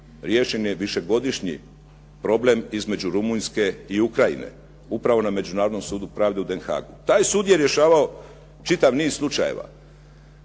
Riješen je višegodišnji problem između Rumunjske i Ukrajine, upravo na Međunarodnom sudu pravde u Den Haagu. Taj sud je rješavao čitav niz slučajeva,